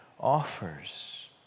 Offers